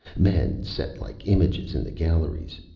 men, set like images in the galleries.